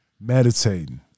Meditating